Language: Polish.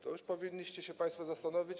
To już powinniście się państwo zastanowić.